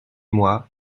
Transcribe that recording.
moi